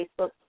Facebook